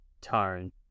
tone